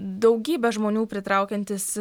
daugybę žmonių pritraukiantis